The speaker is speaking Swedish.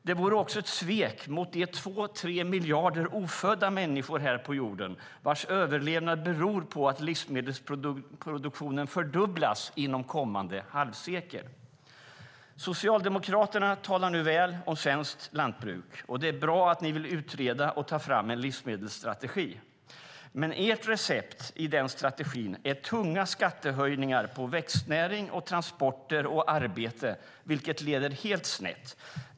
Det vore också ett svek mot de 2-3 miljarder ofödda människor här på jorden vars överlevnad beror av att livsmedelsproduktionen fördubblas inom det kommande halvseklet. Socialdemokraterna talar nu väl om svenskt lantbruk. Det är bra att ni vill utreda och ta fram en livsmedelsstrategi. Men ert recept i den strategin är tunga skattehöjningar på växtnäring, transporter och arbete, vilket leder helt snett.